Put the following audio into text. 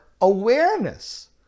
awareness